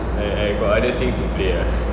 I I got other things to play ah